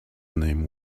name